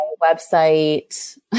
website